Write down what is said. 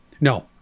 No